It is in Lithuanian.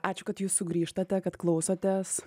ačiū kad jūs sugrįžtate kad klausotės